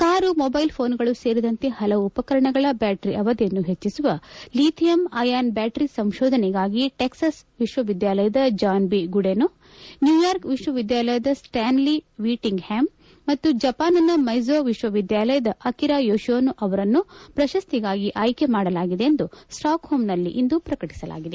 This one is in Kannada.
ಕಾರು ಮೊಬೈಲ್ ಮೋನ್ಗಳು ಸೇರಿದಂತೆ ಹಲವು ಉಪಕರಣಗಳ ಬ್ಯಾಟರಿ ಅವಧಿಯನ್ನು ಹೆಚ್ಚಿಸುವ ಲೀಥಿಯಂ ಅಯಾನ್ ಬ್ಹಾಟರಿ ಸಂಶೋಧನೆಗಾಗಿ ಟೆಕ್ಸ್ ವಿಶ್ವವಿದ್ವಾಲಯದ ಜಾನ್ ಬಿ ಗುಡನೋ ನ್ಯೂಯಾರ್ಕ್ ವಿಶ್ವವಿದ್ಯಾಲಯದ ಸ್ವ್ಯಾನ್ಲಿ ವಿಟಿಂಗ್ ಹ್ಯಾಮ್ ಮತ್ತು ಜಪಾನ್ನ ಮೈಜೋ ವಿಶ್ವವಿದ್ಯಾಲಯದ ಅಕೀರಾ ಯೋಶಿನೋ ಅವರನ್ನು ಪ್ರಶಸ್ತಿಗಾಗಿ ಆಯ್ತೆ ಮಾಡಲಾಗಿದೆ ಎಂದು ಸ್ಟಾಕ್ಹೋಂನಲ್ಲಿಂದು ಪ್ರಕಟಸಲಾಗಿದೆ